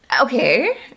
Okay